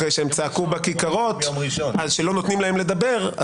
אחרי שהם צעקו בכיכרות שלא נותנים להם לדבר.